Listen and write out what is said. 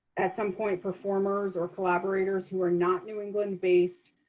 at some point, performers or collaborators who are not new england based.